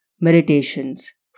Meditations